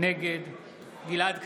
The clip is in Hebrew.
נגד גלעד קריב,